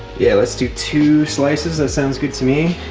yeah, let's do two slices. that sounds good to me.